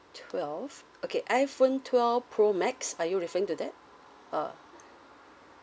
twelve okay iphone twelve pro max are you referring to that uh